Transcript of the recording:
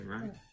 right